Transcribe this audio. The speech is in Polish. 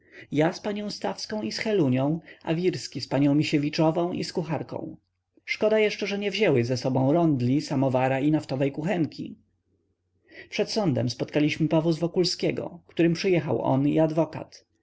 ja z panią stawską i z helunią a wirski z panią misiewiczową i kucharką szkoda jeszcze że nie wzięły ze sobą rondli samowara i naftowej kuchenki przed sądem spotkaliśmy powóz wokulskiego którym przyjechał on i adwokat